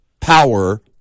power